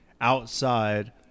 outside